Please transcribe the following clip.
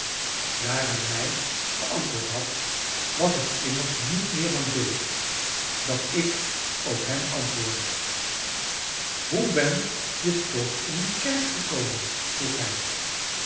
daar hij mij geantwoord had was het immers niet meer dan billijk dat ik ook hem antwoordde hoe ben-je toch in die kerk gekomen vroeg hij